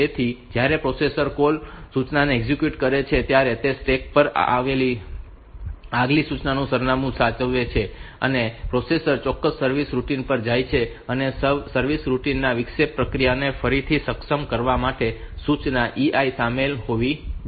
તેથી જ્યારે processor call સૂચનાને એક્ઝિક્યુટ કરે છે ત્યારે તે સ્ટેક પરની આગલી સૂચનાનું સરનામું સાચવે છે અને પ્રોસેસર ચોક્કસ સર્વિસ રૂટિન પર જાય છે અને સર્વિસ રૂટિન માં વિક્ષેપ પ્રક્રિયાને ફરીથી સક્ષમ કરવા માટે સૂચના E I શામેલ હોવી જોઈએ